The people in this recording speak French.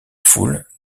foule